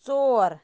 ژور